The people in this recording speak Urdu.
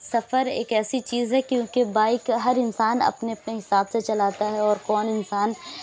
سفر ایک ایسی چیز ہے کیوں کہ بائیک ہر انسان اپنے اپنے حساب سے چلاتا ہے اور کون انسان